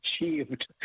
achieved